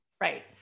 Right